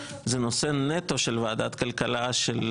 כנראה גם ועדת הכלכלה הייתה.